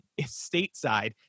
Stateside